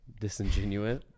disingenuous